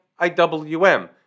IWM